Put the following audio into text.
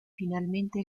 finalmente